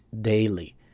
daily